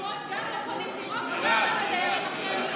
בחירות וגם לדיירים הכי עניים שיש.